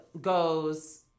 goes